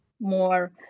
more